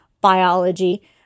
biology